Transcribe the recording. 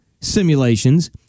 simulations